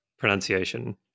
Pronunciation